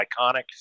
iconic